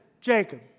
Jacob